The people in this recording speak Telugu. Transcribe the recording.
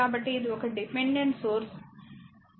కాబట్టి ఇది ఒక డిపెండెంట్ సోర్స్ వాస్తవానికి కరెంట్ 0